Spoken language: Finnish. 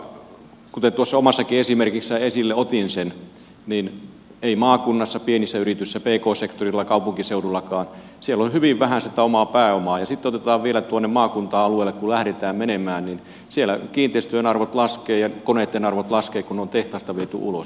kuten tuossa omassakin esimerkissä esille otin maakunnassa pienissä yrityksissä pk sektorilla kaupunkiseudullakin on hyvin vähän sitä omaa pääomaa ja sitten vielä tuonne maakunta alueelle kun lähdetään menemään niin siellä kiinteistöjen arvot laskevat ja koneitten arvot laskevat kun on tehtaista viety ulos